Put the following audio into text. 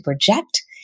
project